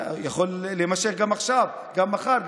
שיכול להימשך גם עכשיו וגם מחר.